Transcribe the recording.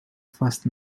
first